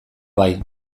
bai